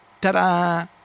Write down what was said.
Ta-da